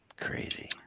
Crazy